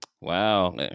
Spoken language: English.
Wow